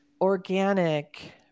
organic